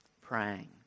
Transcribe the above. praying